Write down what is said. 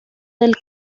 del